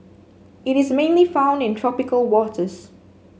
it is mainly found in tropical waters